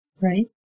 Right